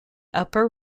upper